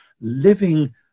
living